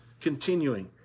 continuing